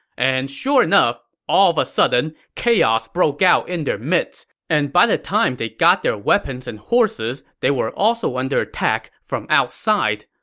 and sure enough, all of a sudden, chaos broke out in their midst. and by the time they got their weapons and horses, they were also under attack from outside